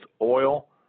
oil